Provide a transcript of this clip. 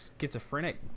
schizophrenic